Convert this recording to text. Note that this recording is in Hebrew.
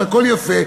הכול יפה.